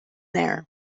there